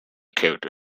character